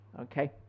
okay